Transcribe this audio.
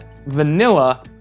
vanilla